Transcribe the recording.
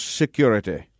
security